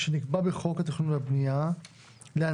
שנקבע בחוק התכנון והבניה לאנטנות